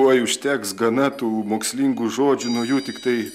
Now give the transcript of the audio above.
oi užteks gana tų mokslingų žodžių nuo jų tiktai